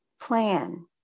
Plan